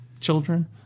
children